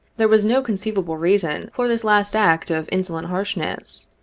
there was no conceivable reason for this last act of insolent harshness.